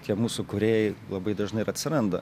tie mūsų kūrėjai labai dažnai ir atsiranda